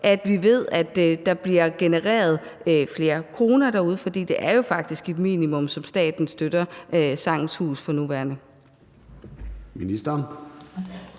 ved vi også, at der bliver genereret flere penge derude, for det er jo faktisk et minimum, som staten støtter Sangens Hus med for nuværende.